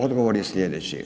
Odgovor je sljedeći.